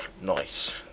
Nice